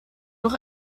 noch